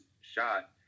shot